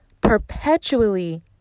perpetually